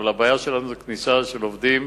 אבל הבעיה שלנו היא כניסה של עובדים